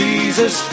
Jesus